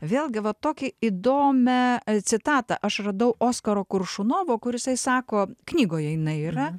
vėlgi va tokį įdomią citatą aš radau oskaro koršunovo kur jisai sako knygoje jinai yra